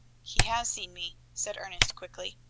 he has seen me, said ernest quickly.